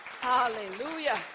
Hallelujah